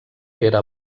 era